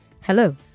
Hello